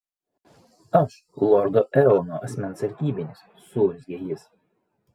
aš lordo eono asmens sargybinis suurzgė jis